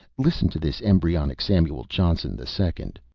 listen to this embryonic samuel johnson the second.